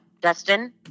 Dustin